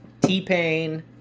T-Pain